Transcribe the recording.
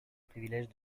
privilèges